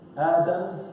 Adam's